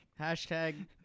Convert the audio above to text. Hashtag